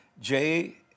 Jay